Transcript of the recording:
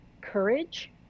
courage